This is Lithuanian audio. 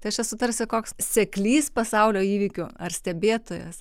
tai aš esu tarsi koks seklys pasaulio įvykių ar stebėtojas